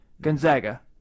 Gonzaga